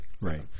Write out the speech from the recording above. Right